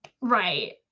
Right